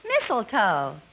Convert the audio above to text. mistletoe